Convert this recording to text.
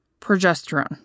Progesterone